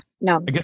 No